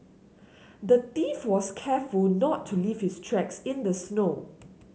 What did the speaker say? the thief was careful not to leave his tracks in the snow